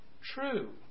true